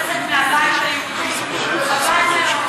חבל שמסיבות פוליטיות נבחר לא להחתים אף חבר כנסת מהבית היהודי.